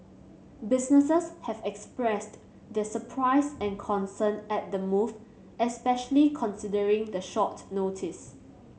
businesses have expressed their surprise and concern at the move especially considering the short notice